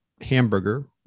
hamburger